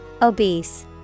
Obese